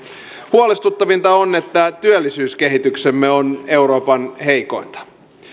huolestuttavinta on että työllisyyskehityksemme on euroopan heikointa